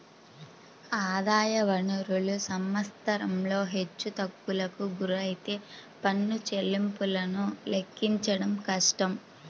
ఆదాయ వనరులు సంవత్సరంలో హెచ్చుతగ్గులకు గురైతే పన్ను చెల్లింపులను లెక్కించడం కష్టం